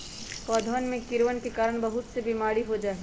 पौधवन में कीड़वन के कारण बहुत से बीमारी हो जाहई